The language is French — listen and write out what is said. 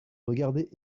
regardez